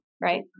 Right